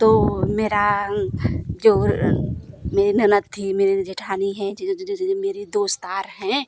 तो मेरा जो मेरी ननद थी में जेठानी हैं मेरी दोस्तदार है